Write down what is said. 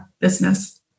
business